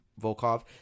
Volkov